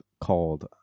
called